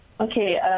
Okay